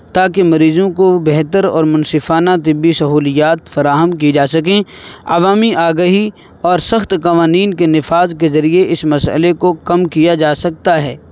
تاکہ مریضوں کو بہتر اور منصفانہ طبی سہولیات فراہم کی جا سکیں عوامی آگہی اور سخت قوانین کے نفاذ کے ذریعے اس مسئلے کو کم کیا جا سکتا ہے